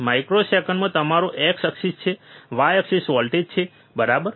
માઇક્રોસેકંડમાં તમારો X axis છે Y axis voltage છે બરાબર